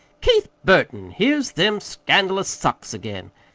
keith burton, here's them scandalous socks again!